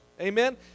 Amen